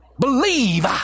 Believe